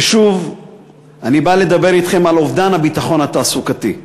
ושוב אני בא לדבר אתכם על אובדן הביטחון התעסוקתי,